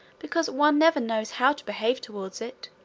because one never knows how to behave towards it.